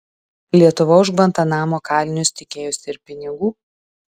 lietuva už gvantanamo kalinius tikėjosi ir pinigų